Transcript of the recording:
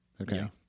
Okay